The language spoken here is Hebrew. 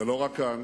ולא רק כאן,